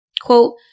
quote